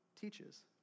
teaches